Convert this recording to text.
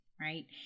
right